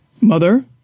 Mother